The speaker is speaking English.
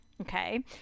okay